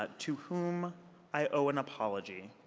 ah to whom i owe an apology.